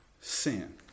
sin